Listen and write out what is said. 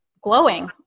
glowing